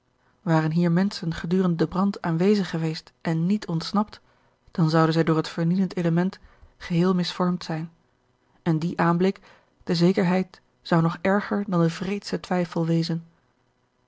waren hier menschen gedurende den brand aanwezig geweest en niet ontsnapt dan zouden zij door het vernielend element geheel misvormd zijn george een ongeluksvogel en die aanblik de zekerheid zou nog erger dan de wreedste twijfel wezen